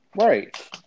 Right